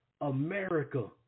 America